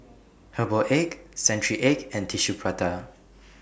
Herbal Egg Century Egg and Tissue Prata